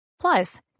Plus